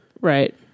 Right